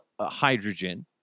hydrogen